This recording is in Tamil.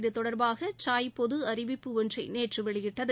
இது தொடர்பாக ட்டிராய் பொது அறிவிப்பு ஒன்றை நேற்று வெளியிட்டது